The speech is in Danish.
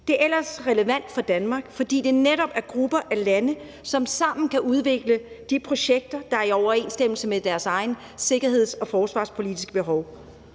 det er ellers relevant for Danmark, fordi det netop er grupper af lande, som sammen kan udvikle de projekter, der er i overensstemmelse med deres egne sikkerheds- og forsvarspolitiske behov,